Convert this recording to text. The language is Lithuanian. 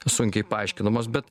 sunkiai paaiškinamos bet